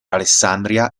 alessandria